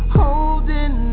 holding